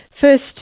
first